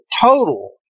total